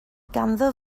ganddo